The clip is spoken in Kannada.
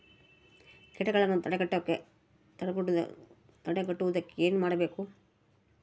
ಕೇಟಗಳನ್ನು ತಡೆಗಟ್ಟುವುದಕ್ಕೆ ಏನು ಮಾಡಬೇಕು?